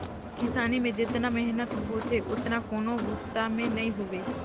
किसानी में जेतना मेहनत होथे ओतना कोनों बूता में नई होवे